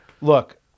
look